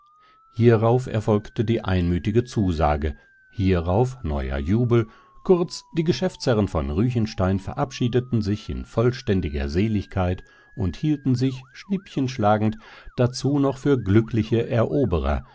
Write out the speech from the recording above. hierauf erfolgte die einmütige zusage hierauf neuer jubel kurz die geschäftsherren von ruechenstein verabschiedeten sich in vollständiger seligkeit und hielten sich schnippchen schlagend dazu noch für glückliche eroberer